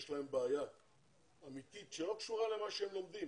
יש להם בעיה אמיתית שלא קשורה למה שהם לומדים.